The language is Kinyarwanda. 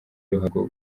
ruhago